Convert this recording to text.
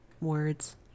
words